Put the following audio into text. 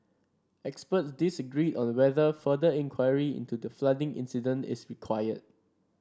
experts disagreed on whether further inquiry into the flooding incident is required